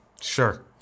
Sure